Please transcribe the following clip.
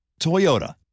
Toyota